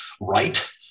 right